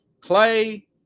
Clay